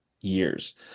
years